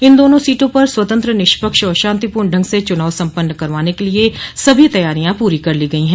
इन दोनों सीटा पर स्वतंत्र निष्पक्ष और शांतिपूर्ण ढंग से चुनाव सम्पन्न करवाने के लिए सभी तैयारियां पूरो कर ली गई है